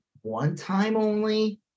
one-time-only